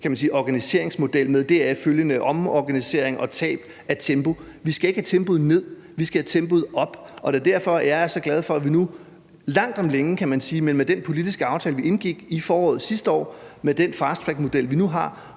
organiseringsmodel med deraf følgende omorganisering og tab af tempo. Vi skal ikke have tempoet ned; vi skal have tempoet op. Det er derfor, jeg er så glad for, at vi nu langt om længe, kan man sige, med den politiske aftale, vi indgik i foråret sidste år, og med den fasttrackmodel, vi nu har,